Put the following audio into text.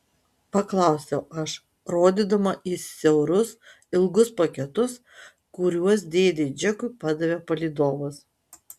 paklausiau aš rodydama į siaurus ilgus paketus kuriuos dėdei džekui padavė palydovas